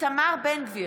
איתמר בן גביר,